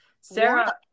Sarah